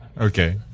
Okay